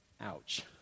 ouch